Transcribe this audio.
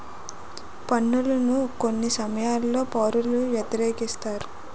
పన్నులను కొన్ని సమయాల్లో పౌరులు వ్యతిరేకిస్తారు